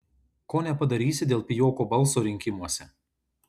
ko nepadarysi dėl pijoko balso rinkimuose